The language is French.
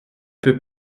peut